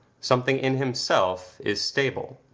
something in himself is stable.